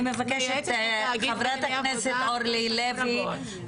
חברת הכנסת אורלי לוי,